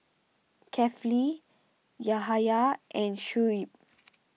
Kefli Yahaya and Shuib